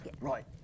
Right